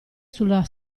sulla